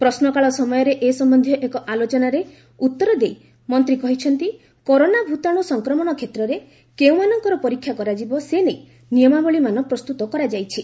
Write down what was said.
ପ୍ରଶ୍ନକାଳ ସମୟରେ ଏ ସମ୍ବନ୍ଧୀୟ ଏକ ଆଲୋଚନାରେ ଉତ୍ତର ଦେଇ ମନ୍ତ୍ରୀ କହିଛନ୍ତି କରୋନା ଭୂତାଣୁ ସଂକ୍ରମଣରେ କେଉଁମାନଙ୍କୁ ପରୀକ୍ଷା କରାଯିବ ସେନେଇ ନିୟମାବଳୀମାନ ପ୍ରସ୍ତତ କରାଯାଇଛି